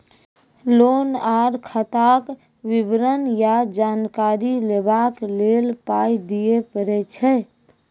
Loan आर खाताक विवरण या जानकारी लेबाक लेल पाय दिये पड़ै छै?